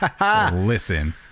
listen